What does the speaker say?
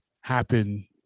happen